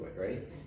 right